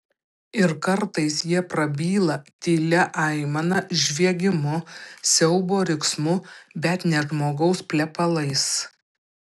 ir kartais jie prabyla tylia aimana žviegimu siaubo riksmu bet ne žmogaus plepalais